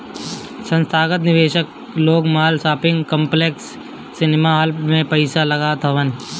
संथागत निवेशक लोग माल, शॉपिंग कॉम्प्लेक्स, सिनेमाहाल में पईसा लगावत हवन